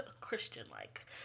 Christian-like